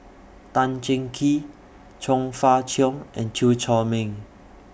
Tan Cheng Kee Chong Fah Cheong and Chew Chor Meng